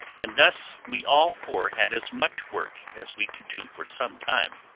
and thus we all four had as much work as we could do for some time.